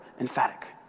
emphatic